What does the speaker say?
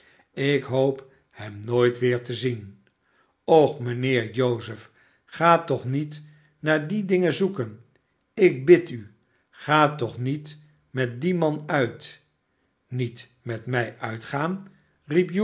ik hoop hem nooit weer te zien och rnijnheer joseph ga toch niet naai die dingen zoeken ik bid u ga toch niet met dien man uit niet met mij uitgaan